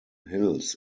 hills